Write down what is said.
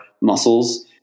muscles